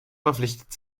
verpflichtet